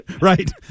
right